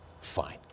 Fine